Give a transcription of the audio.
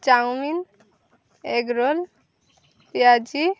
chowmein egg roll পেঁয়াজি